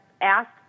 ask